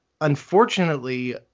unfortunately